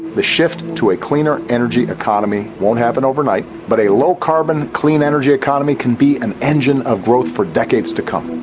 the shift to a cleaner energy economy won't happen overnight but a low carbon clean energy economy can be an engine of growth for decades to come.